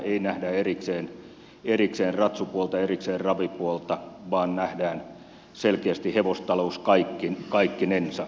ei nähdä erikseen ratsupuolta erikseen ravipuolta vaan nähdään selkeästi hevostalous kaikkinensa